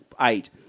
eight